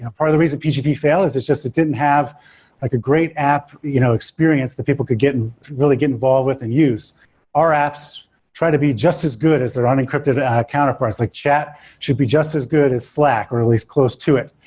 ah part of the reason pgp fail is is just it didn't have like a great app you know experience that people could and really get involved with and use our apps try to be just as good as their unencrypted ah counterparts, like chat should be just as good as slack, or at least close to it,